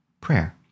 prayer